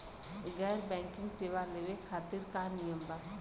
गैर बैंकिंग सेवा लेवे खातिर का नियम बा?